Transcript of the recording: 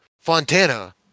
Fontana